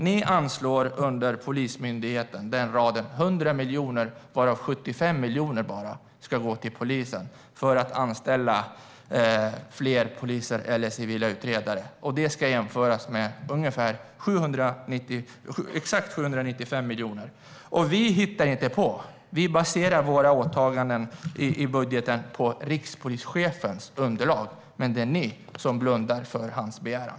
Ni anslår 100 miljoner till Polismyndigheten, varav bara 75 miljoner ska gå till polisen för att man ska anställa fler poliser eller civila utredare. Det ska jämföras med exakt 795 miljoner. Vi hittar inte på. Vi baserar våra åtaganden i budgeten på rikspolischefens underlag. Det är ni som blundar för hans begäran.